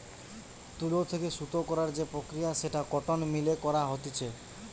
তুলো থেকে সুতো করার যে প্রক্রিয়া সেটা কটন মিল এ করা হতিছে